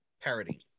parody